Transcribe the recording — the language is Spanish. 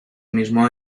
mismo